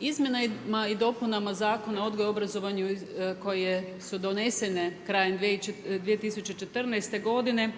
Izmjenama i dopunama Zakona o odgoju i obrazovanju koje su donesene krajem 2014. godine